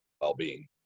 well-being